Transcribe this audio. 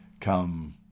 come